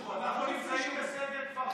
שוב, אנחנו נמצאים בסגר כבר חודש.